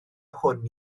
hwn